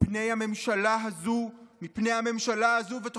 מפני הממשלה הזו ותוכניותיה.